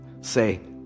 Say